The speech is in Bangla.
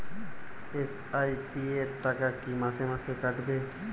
এস.আই.পি র টাকা কী মাসে মাসে কাটবে?